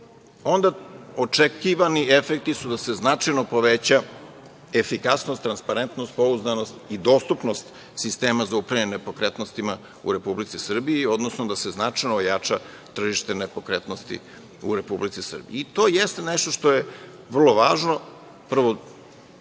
onda očekivani efekti su da se značajno poveća efikasnost, transparentnost, pouzdanost i dostupnost sistema za upravljanje nepokretnostima u Republici Srbiji, odnosno da se značajno ojača tržite nepokretnosti u Republici Srbiji. To jeste nešto što je vrlo važno. Prvo,